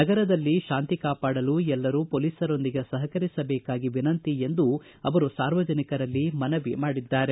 ನಗರದಲ್ಲಿ ಶಾಂತಿ ಕಾಪಾಡಲು ಎಲ್ಲರೂ ಪೊಲೀಸರೊಂದಿಗೆ ಸಹಕರಿಸಬೇಕಾಗಿ ವಿನಂತಿ ಎಂದು ಅವರು ಸಾರ್ವಜನಿಕರಲ್ಲಿ ಮನವಿ ಮಾಡಿದ್ದಾರೆ